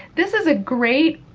this is a great